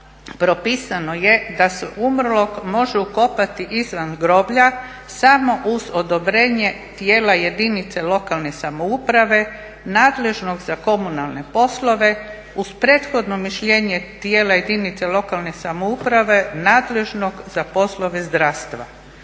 propisano je da se umrlog može ukopati izvan groblja samo uz odobrenje tijela jedinice lokalne samouprave nadležnog za komunalne poslove uz prethodno mišljenje tijela jedinice lokalne samouprave nadležnog za poslove zdravstva.